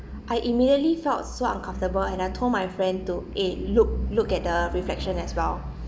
I immediately felt so uncomfortable and I told my friend to eh look look at the reflection as well